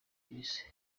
kibisi